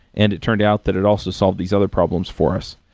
and it turned out that it also solved these other problems for us.